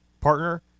partner